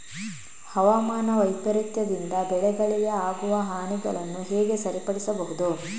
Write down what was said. ಹವಾಮಾನ ವೈಪರೀತ್ಯದಿಂದ ಬೆಳೆಗಳಿಗೆ ಆಗುವ ಹಾನಿಗಳನ್ನು ಹೇಗೆ ಸರಿಪಡಿಸಬಹುದು?